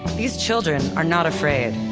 these children are not afraid.